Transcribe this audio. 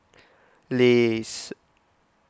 Lays